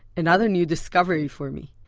another new discovery for me.